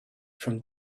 from